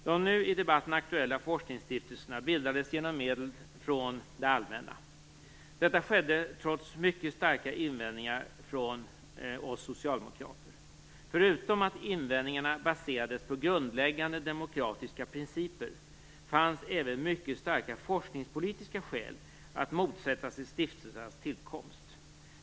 De nu i debatten aktuella forskningsstiftelserna bildades genom medel från det allmänna. Detta skedde trots mycket starka invändningar från oss socialdemokrater. Förutom att invändningarna baserades på grundläggande demokratiska principer fanns även mycket starka forskningspolitiska skäl att motsätta sig stiftelsernas tillkomst.